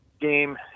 game